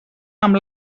amb